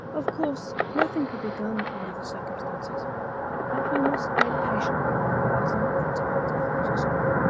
of course, nothing could be done under the circumstances but we must wait patiently for the rising of the tide to float us off.